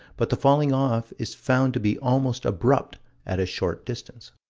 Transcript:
but the falling-off is found to be almost abrupt at a short distance.